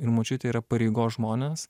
ir močiutė yra pareigos žmonės